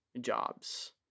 jobs